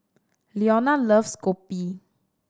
Leona loves kopi